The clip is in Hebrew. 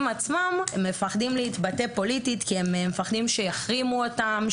עצמם מפחדים להתבטא פוליטית כי הם מפחדים שיחרימו אותם,